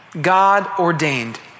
God-ordained